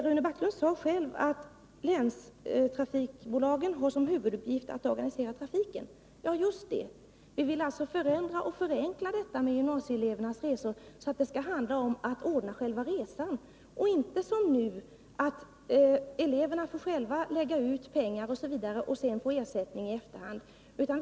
Rune Backlund sade själv att länstrafikbolagen har till huvuduppgift att organisera trafiken. Just det, vi vill alltså förändra och förenkla gymnasieelevernas resor, så att det skall handla om att ordna själva resan. Nu får däremot eleverna själva lägga ut pengar för att i efterhand få tillbaka pengarna.